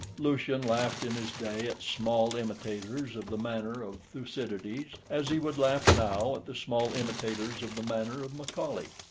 lucian laughed in his day at small imitators of the manner of thucydides, as he would laugh now at the small imitators of the manner of macaulay.